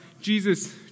Jesus